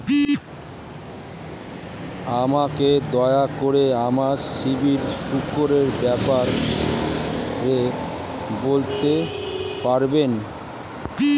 আমাকে দয়া করে আমার সিবিল স্কোরের ব্যাপারে বলতে পারবেন?